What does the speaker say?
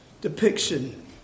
Depiction